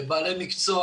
בעלי מקצוע,